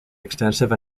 extensive